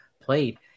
played